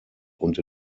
und